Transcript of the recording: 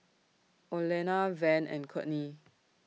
Olena Van and Courtney